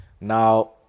Now